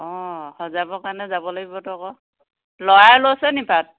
অঁ সজাবৰ কাৰণে যাব লাগিবটো আকৌ ল'ৰাই লৈছেনি পাৰ্ট